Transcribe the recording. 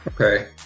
Okay